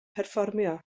perfformio